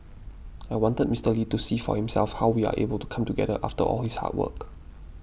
I wanted Mister Lee to see for himself how we are able to come together after all his hard work